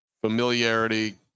familiarity